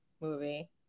movie